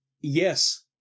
Yes